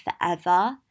forever